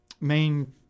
main